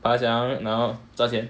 爬墙然后赚钱